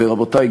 ורבותי,